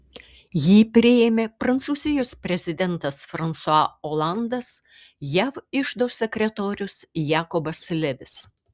jį priėmė prancūzijos prezidentas fransua olandas jav iždo sekretorius jakobas levis